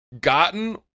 gotten